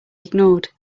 ignored